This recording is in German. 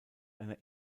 einer